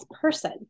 person